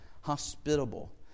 hospitable